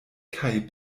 kaj